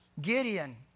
Gideon